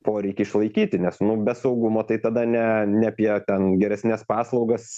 poreikį išlaikyti nes nu be saugumo tai tada ne ne apie ten geresnes paslaugas